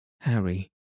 Harry